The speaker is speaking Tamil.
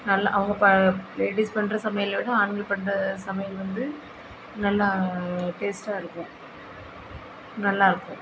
நல்லா அவங்க ப லேடீஸ் பண்ணுற சமையலை விட ஆண்கள் பண்ணுற சமையல் வந்து நல்லா டேஸ்ட்டாக இருக்கும் நல்லாயிருக்கும்